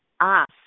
ask